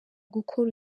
gukora